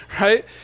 Right